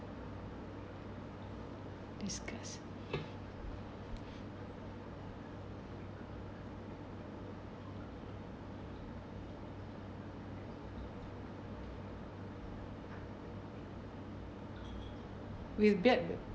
with bad